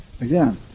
Again